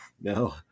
no